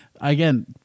again